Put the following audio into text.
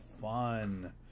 fun